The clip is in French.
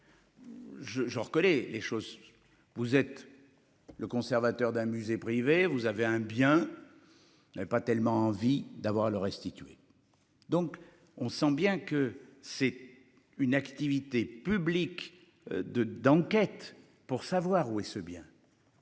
Je reconnais les choses. Vous êtes. Le conservateur d'un musée privé. Vous avez un bien. N'avait pas tellement envie d'avoir à le restituer. Donc on sent bien que c'est une activité publique de d'enquête pour savoir où est-ce bien.